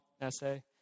essay